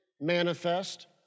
manifest